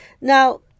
Now